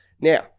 Now